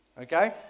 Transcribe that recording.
okay